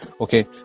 okay